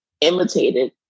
imitated